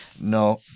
No